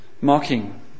mocking